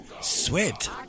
sweat